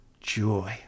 Joy